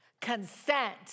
Consent